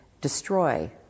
destroy